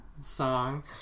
song